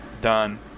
done